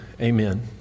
amen